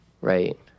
right